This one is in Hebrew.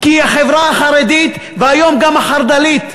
כי החברה החרדית, והיום גם החרד"לית,